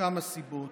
מכמה סיבות.